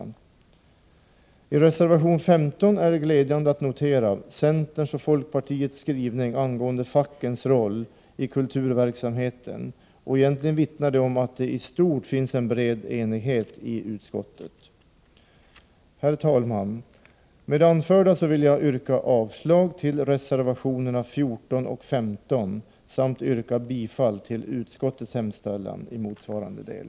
I fråga om reservation 15 är det glädjande att notera centerns och folkpartiets skrivning angående fackens roll i kulturverksamheten. Egentligen vittnar det om att det i stort sett finns en bred enighet i utskottet. Herr talman! Med det anförda vill jag yrka avslag på reservationerna 14 och 15 samt bifall till utskottets hemställan i motsvarande del.